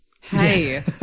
Hey